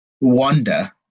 wonder